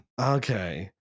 Okay